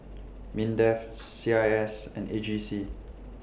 Mindef C I S and A G C